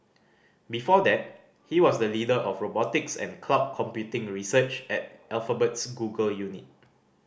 before that he was the leader of robotics and cloud computing research at Alphabet's Google unit